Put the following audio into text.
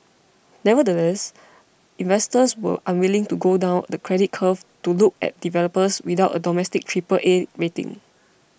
nevertheless investors were unwilling to go down the credit curve to look at developers without a domestic Triple A rating